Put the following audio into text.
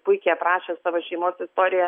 puikiai aprašę savo šeimos istoriją